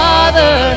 Father